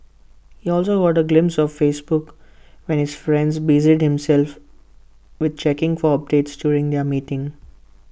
he also got A glimpse of Facebook when his friend busied himself with checking for updates during their meeting